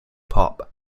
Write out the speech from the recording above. pop